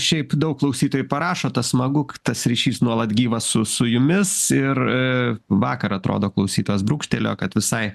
šiaip daug klausytojų parašo tas smagu tas ryšys nuolat gyvas su su jumis ir vakar atrodo klausytojas brūkštelėjo kad visai